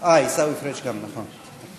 עיסאווי פריג' גם, נכון.